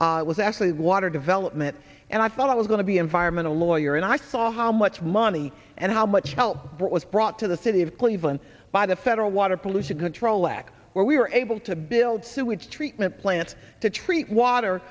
district it was actually water development and i thought it was going to be environmental lawyer and i thought how much money and how much help was brought to the city of cleveland by the federal water pollution control act where we were able to build sewage treatment plants to treat water